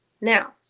Now